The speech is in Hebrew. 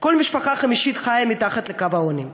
כל משפחה חמישית חיה מתחת לקו העוני.